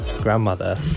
grandmother